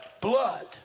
blood